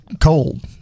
cold